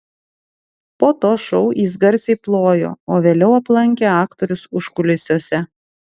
po to šou jis garsiai plojo o vėliau aplankė aktorius užkulisiuose